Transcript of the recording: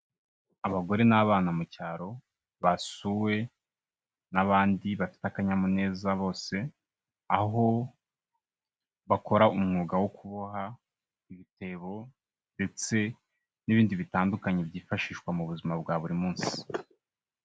Abagore n'abana mu cyaro basuwe n'abandi bafite akanyamuneza bose, aho bakora umwuga wo kuboha ibitebo ndetse n'ibindi bitandukanye byifashishwa mu buzima bwa buri munsi.